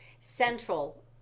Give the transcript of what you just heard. central